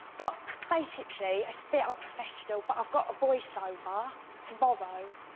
but basically i spit on professional but i've got a voiceover sambhav oh,